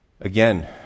Again